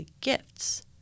gifts